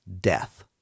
death